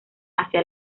hacia